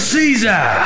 Caesar